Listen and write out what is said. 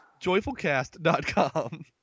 JoyfulCast.com